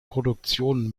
produktionen